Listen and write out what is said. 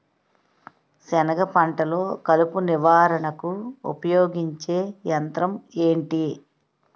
సెనగ పంటలో కలుపు నివారణకు ఉపయోగించే యంత్రం ఏంటి?